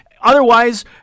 otherwise